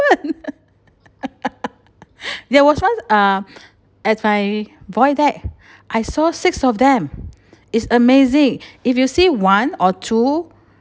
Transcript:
there was once uh at my void deck I saw six of them it's amazing if you see one or two